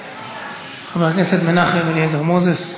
חבר הכנסת מנחם אליעזר מוזס,